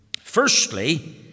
Firstly